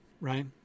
right